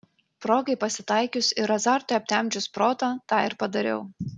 progai pasitaikius ir azartui aptemdžius protą tą ir padariau